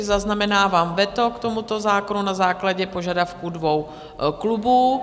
Zaznamenávám veto k tomuto zákonu na základě požadavků dvou klubů.